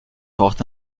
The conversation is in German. braucht